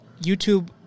YouTube